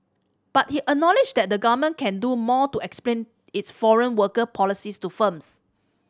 but he acknowledged that the Government can do more to explain its foreign worker policies to firms